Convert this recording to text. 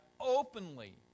openly